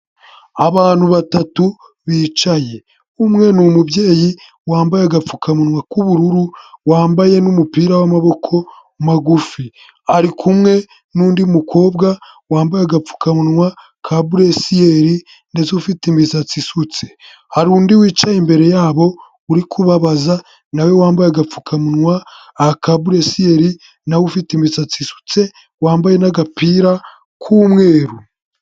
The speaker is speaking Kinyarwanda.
Abantu batatu bicaye umwe ni umubyeyi wambaye agapfukamunwa k'ubururu wambaye n'umupira w'amaboko magufi ari kumwe n'undi mukobwa wambaye agapfukamunwa ka buresiyeri ndetse ufite imisatsi isutse hari undi wicaye imbere yabo uri kubabaza nawe wambaye agapfukamunwa ka buresiyeri nawe ufite imisatsi isutse wambaye n'agapira k'umweru.